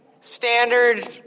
standard